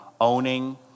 owning